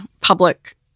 public